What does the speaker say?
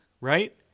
right